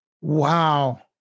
Wow